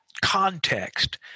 context